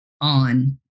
on